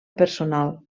personal